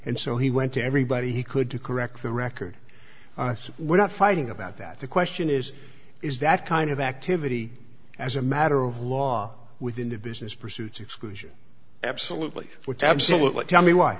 and so he went to everybody he could to correct the record so we're not fighting about that the question is is that kind of activity as a matter of law within the business pursuits exclusion absolutely which absolutely tell me why